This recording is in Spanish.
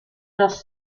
los